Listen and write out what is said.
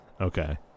Okay